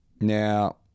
Now